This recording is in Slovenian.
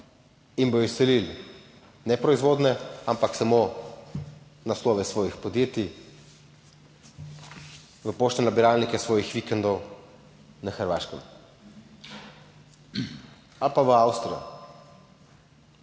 in bodo izselili ne proizvodnje, ampak samo naslove svojih podjetij na poštne nabiralnike svojih vikendov na Hrvaškem ali pa v Avstrijo.